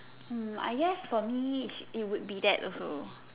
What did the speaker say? mm I guess for me it will be that also